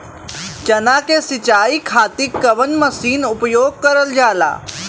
चना के सिंचाई खाती कवन मसीन उपयोग करल जाला?